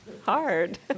hard